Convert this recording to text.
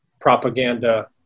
propaganda